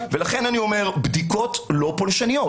לכן אני אומר בדיקות לא פולשניות,